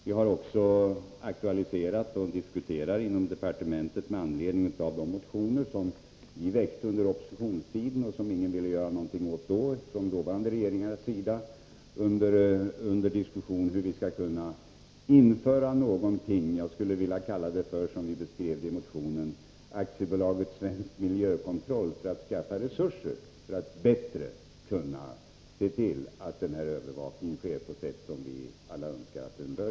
Vi har aktualiserat, och diskuterar inom departementet — med anledning av de motioner som vi väckte under oppositionstiden och som ingen från dåvarande regeringars sida ville göra någonting åt — hur vi skall kunna införa någonting som vi i en motion kallade AB Svensk miljökontroll, i syfte att skaffa resurser för att bättre kunna se till att denna övervakning sker på det sätt som vi alla önskar.